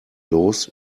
los